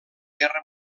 guerra